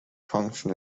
function